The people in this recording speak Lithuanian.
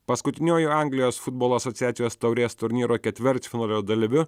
paskutiniuoju anglijos futbolo asociacijos taurės turnyro ketvirtfinalio dalyviu